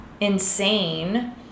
insane